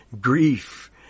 Grief